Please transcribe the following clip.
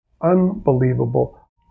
Unbelievable